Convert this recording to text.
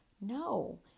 No